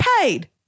paid